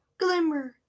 Glimmer